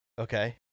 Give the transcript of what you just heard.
Okay